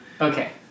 Okay